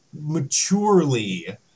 maturely